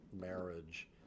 marriage